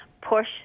push